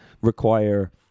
require